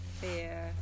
fear